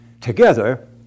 Together